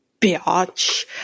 bitch